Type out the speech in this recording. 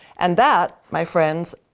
and that, my friends,